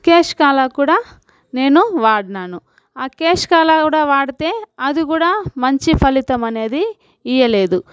cash కాలా కూడా నేను వాడినాను ఆ కేష్ కాలా కూడా వాడితే అది కూడా మంచి ఫలితామనేది ఇయ్యలేదు